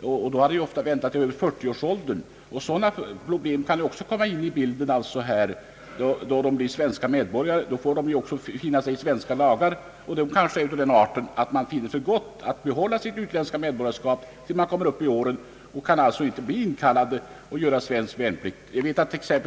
De har ofta väntat till över 40 års ålder. Sådana problem kan också komma in i bilden. Den som blir svensk medborgare får finna sig i svenska lagar, och många finner dem vara av den arten att de vill behålla sitt utländska medborgarskap tills de kommit så långt upp i åren att de inte kan bli inkallade till militärtjänstgöring i Sverige.